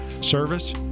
Service